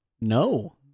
No